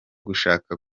gushaka